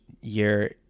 year